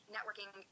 Networking